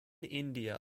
india